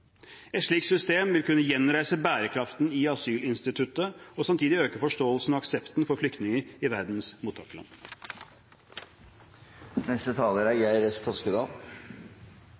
Et slikt system vil kunne gjenreise bærekraften i asylinstituttet og samtidig øke forståelsen og aksepten for flyktninger i verdens